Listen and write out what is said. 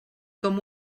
com